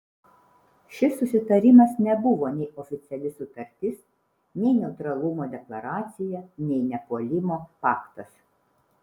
šis susitarimas nebuvo nei oficiali sutartis nei neutralumo deklaracija nei nepuolimo paktas